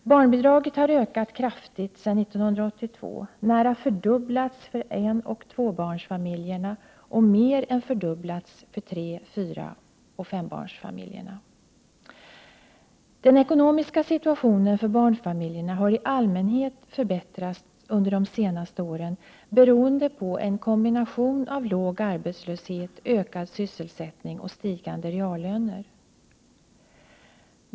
Barnbidraget har ökat kraftigt sedan 1982. Det har nära fördubblats för enoch tvåbarnsfamiljerna och mer än fördubblats för tre-, fyraoch fembarnsfamiljerna. Den ekonomiska situationen för barnfamiljer har i allmänhet förbättrats under de senaste åren, beroende på en kombination av låg arbetslöshet, ökad sysselsättning och stigande reallöner.